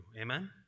amen